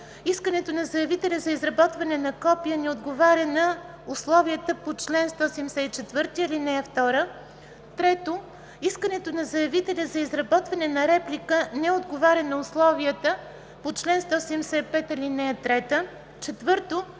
искането на заявителя за изработване на копие не отговаря на условията на чл. 174, ал. 2; 3. искането на заявителя за изработване на реплика не отговаря на условията на чл. 175, ал. 3; 4.